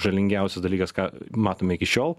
žalingiausias dalykas ką matome iki šiol